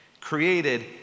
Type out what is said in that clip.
created